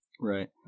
Right